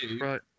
right